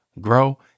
grow